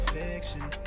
fiction